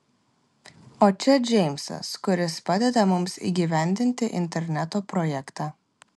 o čia džeimsas kuris padeda mums įgyvendinti interneto projektą